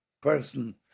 person